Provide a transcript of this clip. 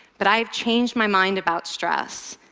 but i have changed my mind about stress,